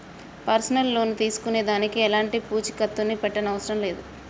personal loan తీసుకునే దానికి ఎలాంటి పూచీకత్తుని పెట్టనవసరం లేదు